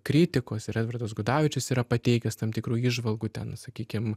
kritikus ir edvardas gudavičius yra pateikęs tam tikrų įžvalgų ten sakykim